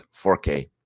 4K